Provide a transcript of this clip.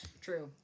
True